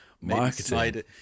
Marketing